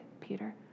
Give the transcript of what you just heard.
Peter